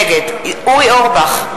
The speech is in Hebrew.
נגד אורי אורבך,